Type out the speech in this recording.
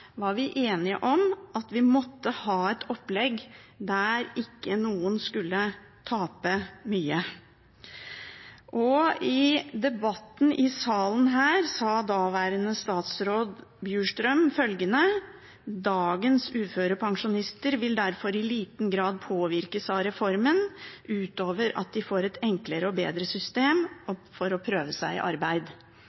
var vi enige om at vi måtte ha et opplegg der ingen skulle tape mye. I debatten i salen sa daværende statsråd Bjurstrøm følgende: «Dagens uførepensjonister vil derfor i liten grad påvirkes av reformen, utover at de får et enklere og bedre system for å prøve seg i arbeid.»